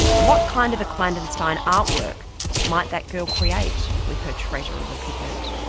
what kind of a clandestine artwork might that girl create with her treasure of a pigment?